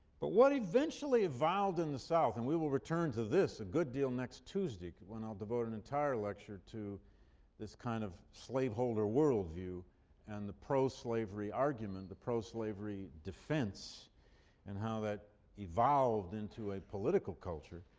but what eventually evolved in the south and we will return to this a good deal next tuesday when i'll devote an entire lecture to this kind of slaveholder worldview and the pro-slavery argument the pro-slavery defense and how that evolved into a political culture.